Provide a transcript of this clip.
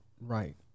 Right